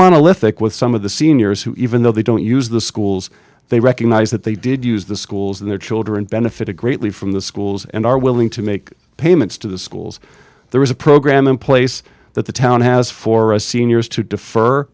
monolithic with some of the seniors who even though they don't use the schools they recognize that they did use the schools their children benefited greatly from the schools and are willing to make payments to the schools there is a program in place that the town has for a seniors to defer